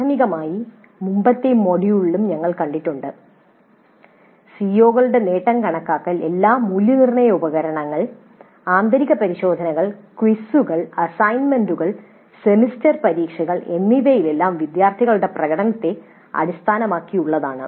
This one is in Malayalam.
പ്രാഥമികമായി മുമ്പത്തെ മൊഡ്യൂളിലും ഞങ്ങൾ കണ്ടിട്ടുണ്ട് സിഒകളുടെ നേട്ടം കണക്കാൽ എല്ലാ മൂല്യനിർണ്ണയ ഉപകരണങ്ങൾ ആന്തരിക പരിശോധനകൾ ക്വിസുകൾ അസൈൻമെന്റുകൾ സെമസ്റ്റർ പരീക്ഷകൾ എന്നിവയിലെ വിദ്യാർത്ഥികളുടെ പ്രകടനത്തെ അടിസ്ഥാനമാക്കിയുള്ളതാണ്